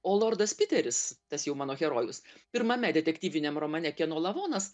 o lordas piteris tas jau mano herojus pirmame detektyviniam romane kieno lavonas